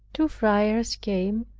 two friars came,